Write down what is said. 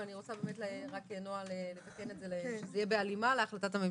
אבל אני רוצה באמת רק לתקן את זה שזה יהיה בהלימה להחלטת הממשלה.